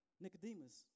Nicodemus